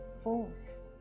force